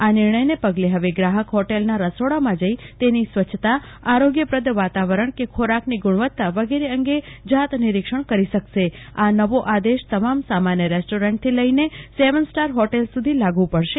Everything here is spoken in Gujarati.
આ નિર્ણયને પગલે હવે ગ્રાહક હોટલના રસોડામાં જઈને તેની સ્વચ્છતાઆરોગ્યપ્રદ વાતાવરણ કે ખોરાકની ગુણવત્તા વગેરે જાત નિરિક્ષણ કરી શકશે આ નવો આદેશ તમામ સામાન્ય રેસ્ટોરન્ટ થી લઈને સેવન સ્ટાર હોટેલ સુધી લાગુ પડશે